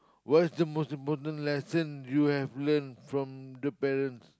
what's the most important lesson you have learn from the parents